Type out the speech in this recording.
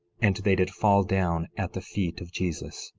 and they did fall down at the feet of jesus,